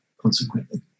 consequently